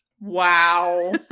Wow